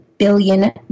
Billion